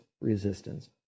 resistance